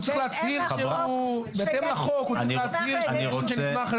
הוא צריך להצהיר שהוא ארגון שנתמך על